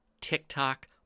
TikTok